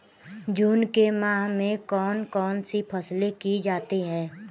जून के माह में कौन कौन सी फसलें की जाती हैं?